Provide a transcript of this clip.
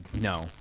No